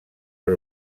per